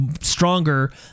stronger